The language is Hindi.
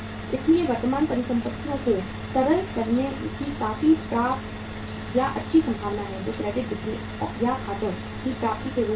इसलिए वर्तमान परिसंपत्तियों को तरल करने की काफी पर्याप्त या अच्छी संभावना है जो क्रेडिट बिक्री या खातों की प्राप्ति के रूप में हैं